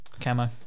Camo